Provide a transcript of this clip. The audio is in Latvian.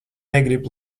negrib